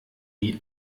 wie